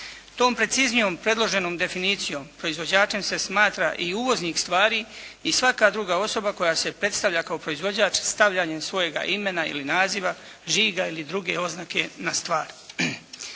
Tom preciznijom predloženom definicijom proizvođačem se smatra i uvoznik stvari i svaka druga osoba koja se predstavlja kao proizvođač stavljanjem svoga imena ili naziva, žiga ili druge oznake na stvar.